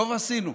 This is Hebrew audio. טוב עשינו.